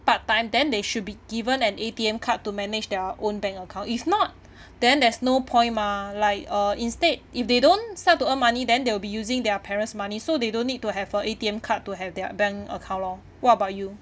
part time then they should be given an A_T_M card to manage their own bank account if not then there's no point mah like uh instead if they don't start to earn money then they'll be using their parents money so they don't need to have a A_T_M card to have their bank account lor what about you